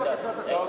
ניענה לבקשת השר.